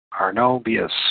Arnobius